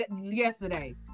yesterday